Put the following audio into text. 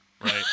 Right